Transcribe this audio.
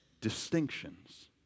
distinctions